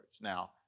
Now